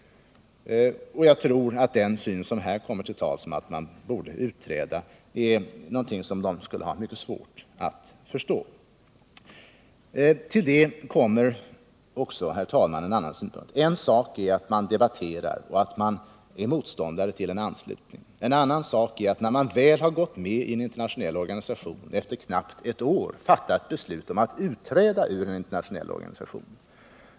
Jag tror att den syn som här förs fram, att vi borde utträda, är någonting som de skulle ha mycket svårt att förstå. Till detta kommer ytterligare en synpunkt. En sak är att man debatterar och är motståndare till en anslutning, en annan är att man, när man väl har gått med i en internationell organisation, efter knappt ett år fattar beslut om att utträda ur denna.